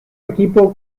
equipo